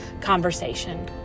conversation